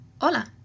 Hola